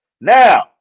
Now